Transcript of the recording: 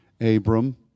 Abram